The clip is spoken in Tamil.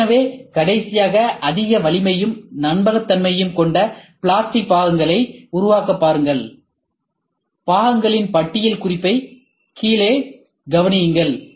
எனவே கடைசியாக அதிக வலிமையும் நம்பகத்தன்மையும் கொண்ட பிளாஸ்டிக் பாகங்களைப் உருவாக்க பாருங்கள் பாவங்களின் பட்டியல் குறிப்பை கீழே கவனியுங்கள்